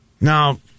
Now